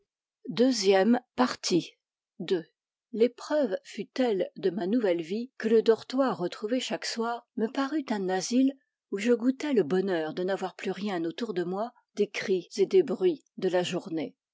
ii ii l'épreuve fut telle de ma nouvelle vie que le dortoir retrouvé chaque soir me parut un asile où je goûtais le bonheur de n'avoir plus rien autour de moi des cris et des bruits de la journée